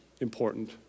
important